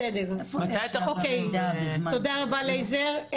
בסדר, תודה רבה לייזר.